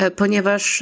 ponieważ